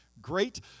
Great